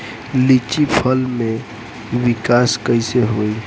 लीची फल में विकास कइसे होई?